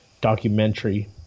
documentary